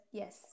yes